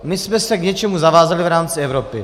My jsme se k něčemu zavázali v rámci Evropy.